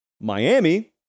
Miami